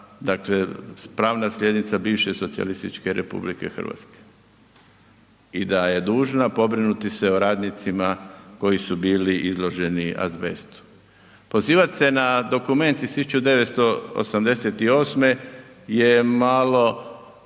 dakle pravna slijednica bivše Socijalističke Republike Hrvatske i da je dužna pobrinuti se o radnicima koji su bili izloženi azbestu. Pozivat se na dokument iz 1988. je malo